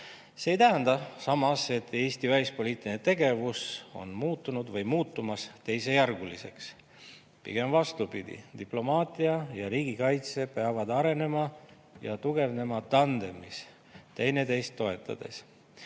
See ei tähenda samas, et Eesti välispoliitiline tegevus on muutunud või muutumas teisejärguliseks. Pigem vastupidi, diplomaatia ja riigikaitse peavad arenema ja tugevnema tandemis, teineteist toetades.